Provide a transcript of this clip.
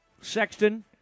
Sexton